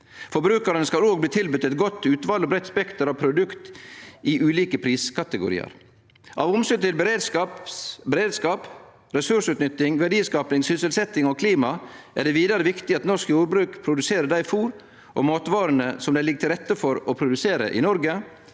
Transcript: Forbrukarane skal òg bli tilbodne eit godt utval og eit breitt spekter av produkt i ulike priskategoriar. Av omsyn til beredskap, ressursutnytting, verdiskaping, sysselsetjing og klima er det vidare viktig at norsk jordbruk produserer det fôret og dei matvarene som det ligg til rette for å produsere i Noreg,